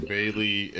Bailey